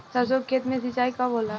सरसों के खेत मे सिंचाई कब होला?